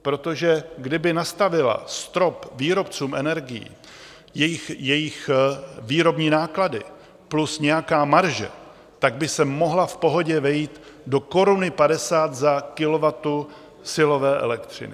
Protože kdyby nastavila strop výrobcům energií, jejich výrobní náklady plus nějaká marže, tak by se mohla v pohodě vejít do 1,50 za kilowatt silové elektřiny.